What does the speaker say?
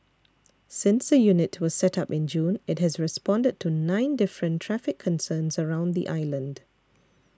since the unit was set up in June it has responded to nine different traffic concerns around the island